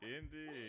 indeed